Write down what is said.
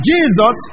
Jesus